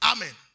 Amen